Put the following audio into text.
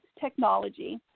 technology